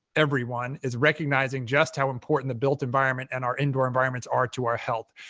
everyone is recognizing just how important the built environment and our indoor environments are to our health.